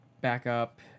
backup